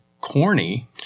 corny